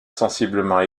sensiblement